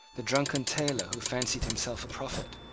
the drunken tailor who fancied himself a prophet.